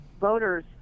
voters